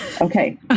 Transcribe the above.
Okay